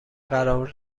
قرار